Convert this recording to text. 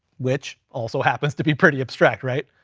which also happens to be pretty abstract, right?